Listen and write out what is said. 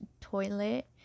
toilet